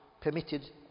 permitted